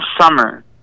summer